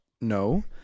no